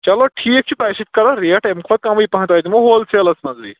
چلو ٹھیٖک چھُ تۄہہِ سۭتۍ کرو ریٹ اَمہِ کھۄتہٕ کَمٕے پَہَم تۄہہِ دِمو ہولسیلَس منٛزٕے